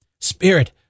Spirit